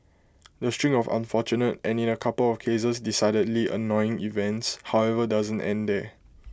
the string of unfortunate and in A couple of cases decidedly annoying events however doesn't end there